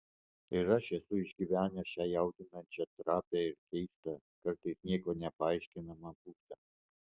ir aš esu išgyvenęs šią jaudinančią trapią ir keistą kartais niekuo nepaaiškinamą būseną